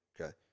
okay